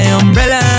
umbrella